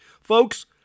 Folks